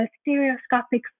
stereoscopic